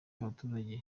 abaturage